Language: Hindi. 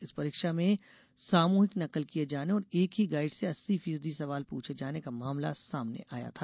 इस परीक्षा में सामूहिक नकल किये जाने और एक ही गाइड से अस्सी फीसदी सवाल पूछे जाने का मामला सामने आया था